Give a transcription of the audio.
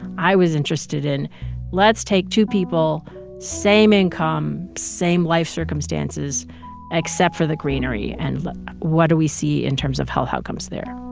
i was interested in let's take two people same income, same life circumstances except for the greenery, and what do we see in terms of health outcomes there?